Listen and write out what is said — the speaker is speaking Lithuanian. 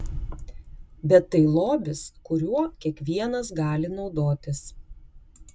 bet tai lobis kuriuo kiekvienas gali naudotis